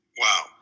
Wow